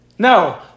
No